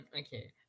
okay